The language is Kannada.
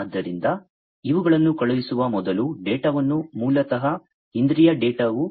ಆದ್ದರಿಂದ ಇವುಗಳನ್ನು ಕಳುಹಿಸುವ ಮೊದಲು ಡೇಟಾವನ್ನು ಮೂಲತಃ ಇಂದ್ರಿಯ ಡೇಟಾವು